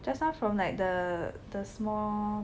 just now from like the the small